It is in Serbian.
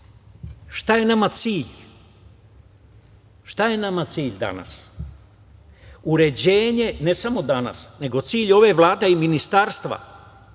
delatnostima. Šta je nama cilj danas? Uređenje, i ne samo danas, nego cilj ove Vlade i ministarstva